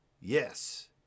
yes